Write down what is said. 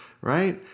right